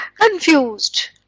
confused